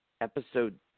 episode